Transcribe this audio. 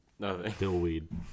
Dillweed